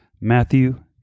Matthew